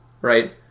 right